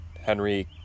Henry